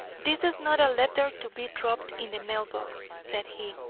this is not a letter to be dropped in the mailbox, said he.